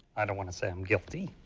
i don't want to say i'm guilty,